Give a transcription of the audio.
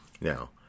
Now